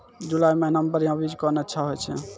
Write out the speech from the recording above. जुलाई महीने मे बढ़िया बीज कौन अच्छा होय छै?